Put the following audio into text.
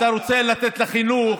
אתה רוצה לתת לחינוך,